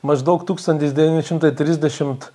maždaug tūkstantis devyni šimtai trisdešimt